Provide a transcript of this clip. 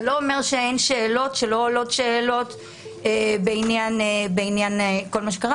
זה לא אומר שאין שאלות שלא עולות בעניין כל מה שקרה